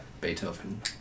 Beethoven